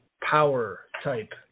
power-type